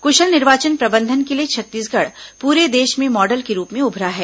कुशल निर्वाचन प्रबंधन के लिए छत्तीसगढ़ पूरे देश में मॉडल के रूप में उभरा है